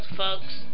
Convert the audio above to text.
folks